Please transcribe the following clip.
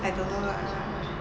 I don't know lah